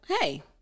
hey